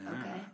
Okay